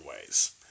ways